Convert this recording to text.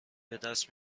بدست